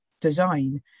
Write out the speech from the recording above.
design